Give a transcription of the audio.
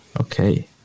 Okay